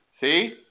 See